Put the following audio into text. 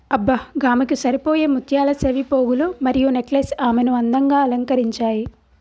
అబ్బ గామెకు సరిపోయే ముత్యాల సెవిపోగులు మరియు నెక్లెస్ ఆమెను అందంగా అలంకరించాయి